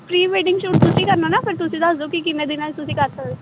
pre wedding shoot ਤੁਸੀਂ ਕਰਨਾ ਨਾ ਫਿਰ ਤੁਸੀਂ ਦੱਸ ਦਓ ਕਿ ਕਿੰਨੇ ਦਿਨਾਂ ਤੁਸੀਂ ਕਰ ਸਕਦੇ